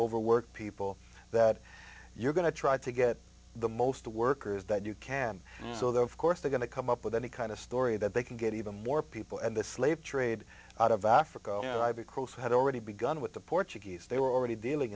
overwork people that you're going to try to get the most the workers that you can so that of course they're going to come up with any kind of story that they can get even more people and the slave trade out of africa you know i've across had already begun with the portuguese they were already dealing